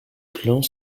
plans